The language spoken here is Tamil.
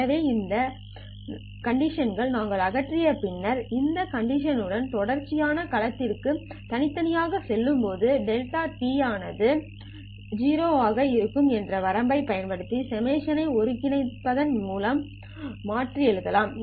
எனவே இந்த கண்டிஷனிங் நாங்கள் அகற்றிய பின்னர் இந்த கண்டிஷனிங் உடன் தொடர்ச்சியான களத்திற்கு தனித்தனியாக செல்லும்போது δt ஆனது ௦ ஆக இருக்கும் என்ற வரம்பைப் பயன்படுத்தி Σ ஐ ஒருங்கிணைந்த மூலம் மாற்றி எழுதலாம்